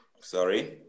Sorry